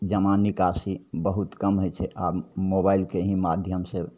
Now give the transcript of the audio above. जमा निकासी बहुत कम होइ छै आब मोबाइलके ही माध्यमसे